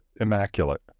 immaculate